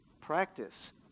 Practice